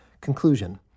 Conclusion